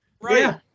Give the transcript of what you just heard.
Right